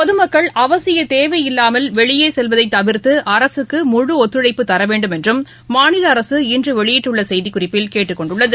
பொதமக்கள் அவசிய தேவை இல்லாமல் வெளியே செல்வதை தவிர்த்து அரசுக்கு முழு ஒத்துழைப்பு தர வேண்டும் என்றும் மாநில அரசு இன்று வெளியிட்டுள்ள செய்திக்குறிப்பில் கேட்டுக் கொண்டுள்ளது